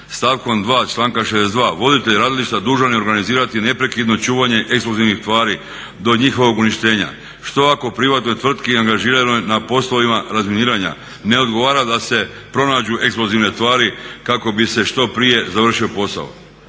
članka 62. voditelj radilišta dužan je organizirati neprekidno čuvanje eksplozivnih tvari do njihovog uništenja. Što ako privatnoj tvrtki angažiranoj na poslovima razminiranja ne odgovara da se pronađu eksplozivne tvari kako bi se što prije završio posao.